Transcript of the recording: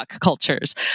cultures